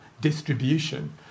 distribution